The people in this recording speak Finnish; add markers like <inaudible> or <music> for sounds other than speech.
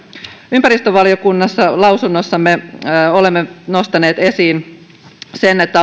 ympäristövaliokunnassa lausunnossamme olemme nostaneet esiin sen että <unintelligible>